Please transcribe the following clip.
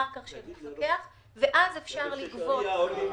אחר כך של מפקח ואז אפשר לגבות כסף מההורים.